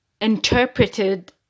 interpreted